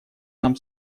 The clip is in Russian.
нам